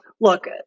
Look